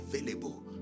available